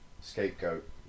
Scapegoat